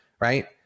Right